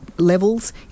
levels